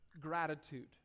gratitude